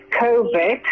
COVID